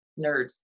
nerds